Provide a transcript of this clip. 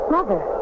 Mother